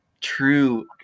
true